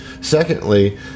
Secondly